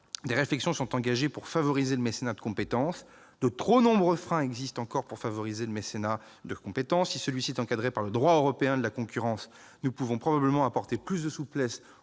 des réflexions sont engagées pour favoriser le mécénat de compétences, car de trop nombreux freins existent encore. Même si celui-ci est encadré par le droit européen de la concurrence, nous pouvons probablement apporter plus de souplesse